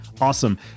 awesome